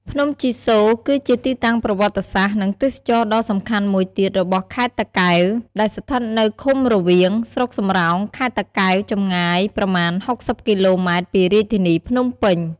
ភ្នំជីសូរ គឺជាទីតាំងប្រវត្តិសាស្ត្រ និងទេសចរណ៍ដ៏សំខាន់មួយទៀតរបស់ខេត្តតាកែវ ដែលស្ថិតនៅឃុំរវៀង ស្រុកសំរោង ខេត្តតាកែវ ចម្ងាយប្រមាណ ៦០ គីឡូម៉ែត្រពីរាជធានីភ្នំពេញ។